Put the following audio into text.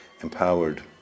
empowered